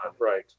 Right